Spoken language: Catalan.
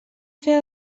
fer